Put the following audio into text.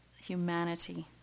humanity